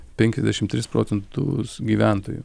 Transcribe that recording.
penkiasdešimt tris procentus gyventojų